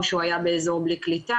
או שהוא היה באזור בלי קליטה,